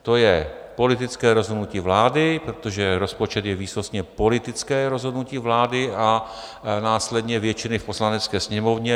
To je politické rozhodnutí vlády, protože rozpočet je výsostně politické rozhodnutí vlády a následně většiny v Poslanecké sněmovně.